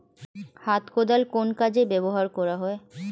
হাত কোদাল কোন কাজে ব্যবহার করা হয়?